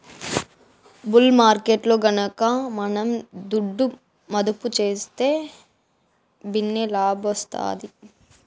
bull మార్కెట్టులో గనక మనం దుడ్డు మదుపు సేస్తే భిన్నే లాబ్మొస్తాది